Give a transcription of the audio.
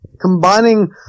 combining